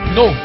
no